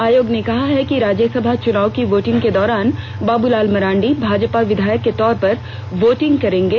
आयोग ने कहा है कि राज्यसभा चुनाव की वोटिंग के दौरान बाबूलाल मरांडी भाजपा विधायक के तौर पर वोटिंग करेंगे